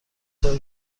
داریم